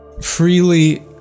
freely